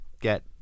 get